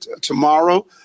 tomorrow